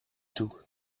tout